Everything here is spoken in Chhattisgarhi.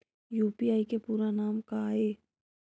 यू.पी.आई के पूरा नाम का ये?